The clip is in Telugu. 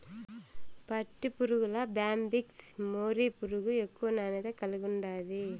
పట్టుపురుగుల్ల బ్యాంబిక్స్ మోరీ పురుగు ఎక్కువ నాణ్యత కలిగుండాది